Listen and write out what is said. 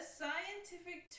scientific